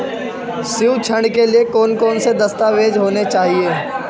शिक्षा ऋण के लिए कौन कौन से दस्तावेज होने चाहिए?